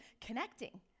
connecting